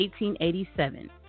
1887